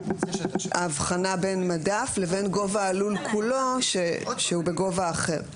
ההבחנה בין מדף לבין גובה הלול כולו שהוא בגובה אחר.